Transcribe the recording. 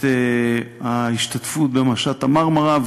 את ההשתתפות במשט ה"מרמרה",